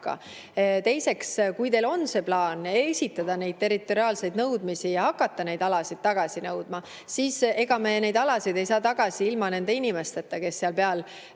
Teiseks, kui teil on plaan esitada neid territoriaalseid nõudmisi ja hakata neid alasid tagasi nõudma, siis [arvestage, et] ega me neid alasid ei saa tagasi ilma nende inimesteta, kes sellel